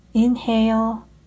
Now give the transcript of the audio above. Inhale